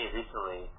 recently